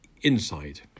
inside